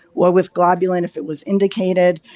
well with globulin if it was indicated.